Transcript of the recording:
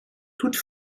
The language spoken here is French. toute